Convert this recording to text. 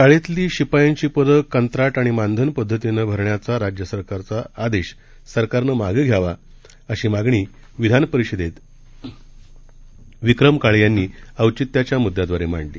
शाळेतली शिपायांची पदे कंत्राट आणि मानधन पदधतीनं भरण्याचा राज्य सरकारचा आदेश सरकारनं मागे घ्यावा अशी मागणी विधान परिषदेत विक्रम काळे यांनी औचित्याच्या मुददयांदवारे मांडली